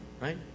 right